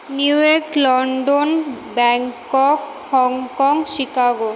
New York London Bangkok Hong Kong Chicago